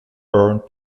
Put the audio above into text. earned